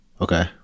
Okay